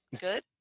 Good